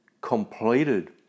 completed